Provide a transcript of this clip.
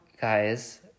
guys